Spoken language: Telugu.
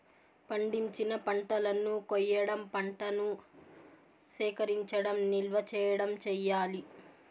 పండించిన పంటలను కొయ్యడం, పంటను సేకరించడం, నిల్వ చేయడం చెయ్యాలి